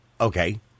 Okay